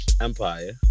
Empire